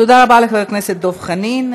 תודה רבה לחבר הכנסת דב חנין.